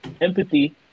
empathy